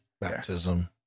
baptism